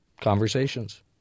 conversations